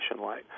light